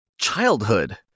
childhood